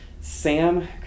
Sam